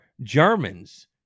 Germans